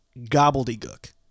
gobbledygook